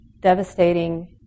devastating